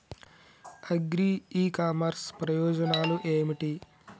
Agri e commerce ప్రయోజనాలు ఏమిటి?